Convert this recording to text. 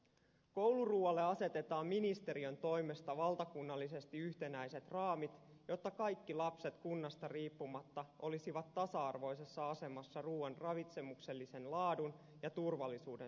kouluruualle asetetaan ministeriön toimesta valtakunnallisesti yhtenäiset raamit jotta kaikki lapset kunnasta riippumatta olisivat tasa arvoisessa asemassa ruuan ravitsemuksellisen laadun ja turvallisuuden suhteen